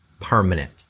permanent